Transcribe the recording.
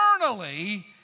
eternally